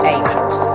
Angels